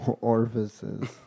Orifices